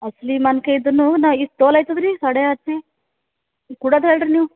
ಅಸಲಿ ಮಾನ್ಕಾಯ್ ಇದ್ರು ನಾ ಇಷ್ಟು ತೋಲು ಆಯ್ತದ್ರಿ ಸಾಡೆ ಆಟ್ಶೇ ಈಗ ಕೊಡದ್ ಹೇಳಿರಿ ನೀವು